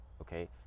okay